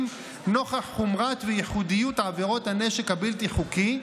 נוכח חומרתן וייחודיותן של עבירות הנשק הבלתי-חוקי,